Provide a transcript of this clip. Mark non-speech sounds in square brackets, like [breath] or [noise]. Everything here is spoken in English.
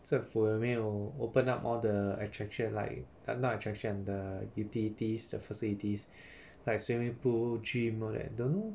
政府有没有 open up all the attraction like uh not attraction the utilities the facilities [breath] like swimming pool gym all that don't know